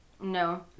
no